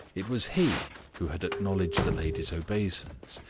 it was he who had acknowledged the lady's obeisance.